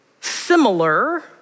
similar